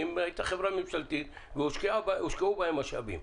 כי היא הייתה חברה ממשלתית והושקעו בה משאבים.